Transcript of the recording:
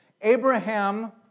Abraham